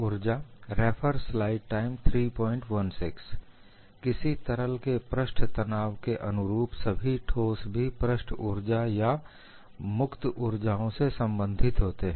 पृष्ठ ऊर्जा किसी तरल के पृष्ठ तनाव के अनुरूप सभी ठोस भी पृष्ठ ऊर्जा या मुक्त ऊर्जाओं से संबंधित होते हैं